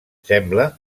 sembla